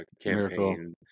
campaign